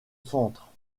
centre